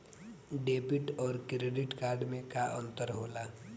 Debit और credit card मे अंतर का होला?